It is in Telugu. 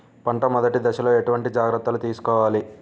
పంట మెదటి దశలో ఎటువంటి జాగ్రత్తలు తీసుకోవాలి?